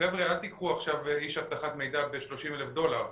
חברה אל תיקחו עכשיו איש אבטחת מידע ב-30,000 דולר.